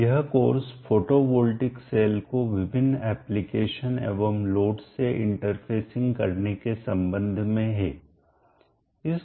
यह कोर्सविषय photovoltaic cell को विभिन्न एप्लीकेशनस अनुप्रयोगो एवं लोड विद्युत भार से इंटरफ़ेसिंग दो अवयवों को सम्बन्ध करना अथवा जोड़ना करने के संबंध में है